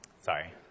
Sorry